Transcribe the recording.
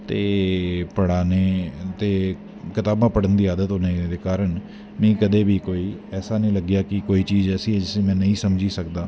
ते बड़ा में ते कताबां पढ़न होने दे कारण मिगी कदैं बी कोई ऐसा नी लग्गेआ कि जिसी में नेंई समझी सकदा